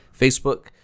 Facebook